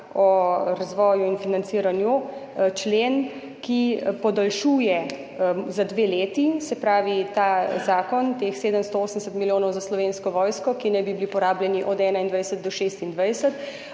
o razvoju in financiranju člen, ki podaljšuje za dve leti. Se pravi, ta zakon, za teh 780 milijonov za Slovensko vojsko, ki naj bi bili porabljeni od 2021 do 2026,